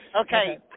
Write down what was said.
Okay